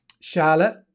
Charlotte